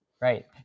Right